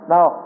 Now